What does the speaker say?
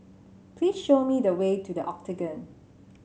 please show me the way to The Octagon